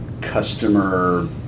customer